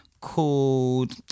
called